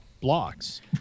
blocks